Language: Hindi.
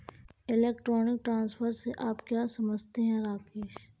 इलेक्ट्रॉनिक ट्रांसफर से आप क्या समझते हैं, राकेश?